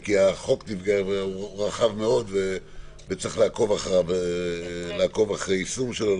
כי החוק הוא רחב מאוד וצריך לעקוב אחרי היישום שלו.